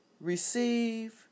Receive